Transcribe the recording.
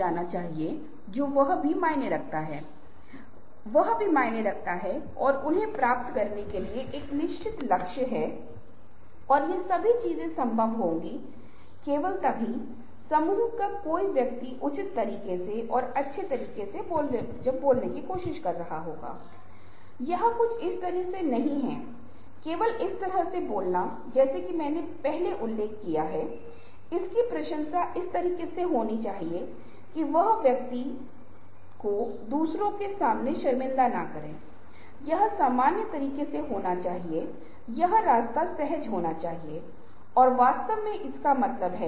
उस विशेष दिन में की जाने वाली नौकरियों की सूची बनाएं या एक कार्यसूची तैयार करें और यदि संभव हो तो जब आप कार्यसूची तैयार कर रहे हों यदि कुछ नौकरियां दूसरों को सौंपी जा सकती हैं तो आप दूसरों को नौकरी सौंप सकते हैं लेकिन साथ ही साथ जिस समय आपको उस व्यक्ति को देखना है जिसे आप नौकरी सौंप रहे हैं उसके पास नौकरी करने की क्षमता और रुचि होनी चाहिए और साथ ही जब आप नौकरी सौंप रहे हों तो कुछ अन्य व्यक्ति या संसाधन हो सकते हैं जो काम करने से जुड़े हैं